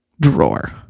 drawer